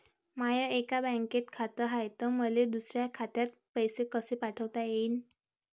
माय एका बँकेत खात हाय, त मले दुसऱ्या खात्यात पैसे कसे पाठवता येईन?